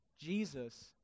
Jesus